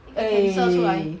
eh